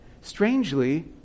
strangely